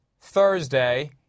Thursday